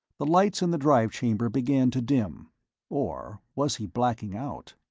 the lights in the drive chamber began to dim or was he blacking out?